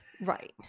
Right